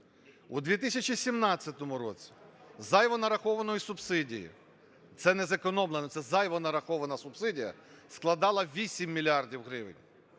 У 2017 році зайво нарахованої субсидії – це не зекономлена, це зайво нарахована субсидія, – складала 8 мільярдів